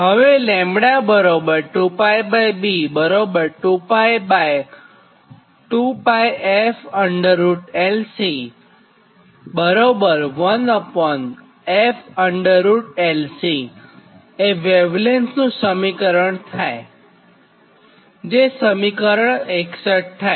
હવે λ 2π 2π 2fLC 1 fLC એ wave લેન્થનું સમીકરણ થાયજે સમીકરણ 61 થાય